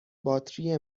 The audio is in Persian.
باتری